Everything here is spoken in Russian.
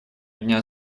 дня